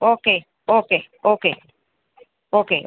okay okay okay okay